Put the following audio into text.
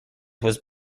was